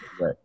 Right